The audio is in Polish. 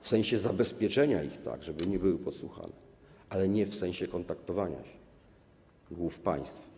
W sensie zabezpieczenia ich - tak, żeby nie były podsłuchane, ale nie w sensie kontaktowania się głów państw.